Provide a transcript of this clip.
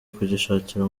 kugishakira